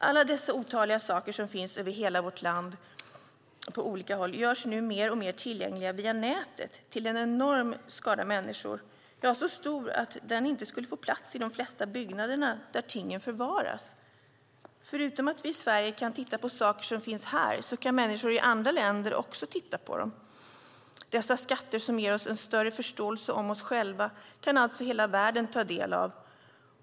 Alla dessa otaliga saker som finns över hela vårt land på olika håll görs nu mer och mer tillgängliga via nätet till en enorm skara människor, ja, så stor att den inte skulle få plats i de flesta byggnader där tingen förvaras. Förutom att vi i Sverige kan titta på saker som finns här kan människor i andra länder också titta på dem. Dessa skatter, som ger oss en större förståelse om oss själva, kan alltså hela världen ta del av.